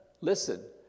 Listen